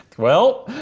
well,